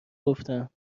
گفتم